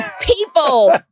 people